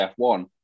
F1